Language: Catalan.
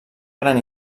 gran